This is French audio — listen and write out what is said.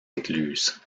écluses